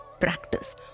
Practice